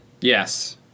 Yes